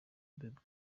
abeba